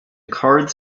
cards